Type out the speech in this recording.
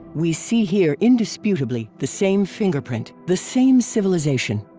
we see here indisputably the same fingerprint, the same civilization,